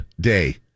day